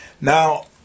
Now